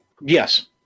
Yes